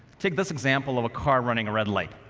take this example of a car running a red light.